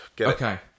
Okay